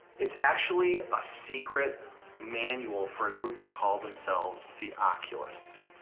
it's actually a secret manual for a group who call themselves the oculists.